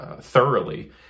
thoroughly